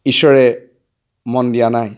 ঈশ্বৰে মন দিয়া নাই